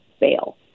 bail